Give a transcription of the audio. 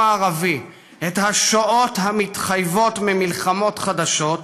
הערבי את השואות המתחייבות ממלחמות חדשות,